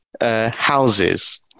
houses